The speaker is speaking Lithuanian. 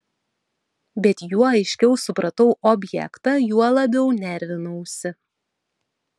bet juo aiškiau supratau objektą juo labiau nervinausi